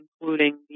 including